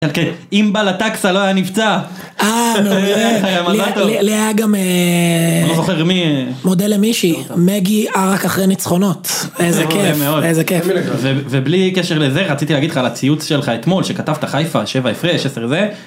אם בא לטקסה לא היה נפצע. למה גם מי מודה למישהי מגי ארק אחרי ניצחונות איזה כיף איזה כיף ובלי קשר לזה רציתי להגיד לך על הציוץ שלך אתמול שכתבת חיפה 7 הפרש זה.